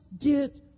get